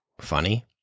funny